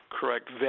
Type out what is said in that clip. correct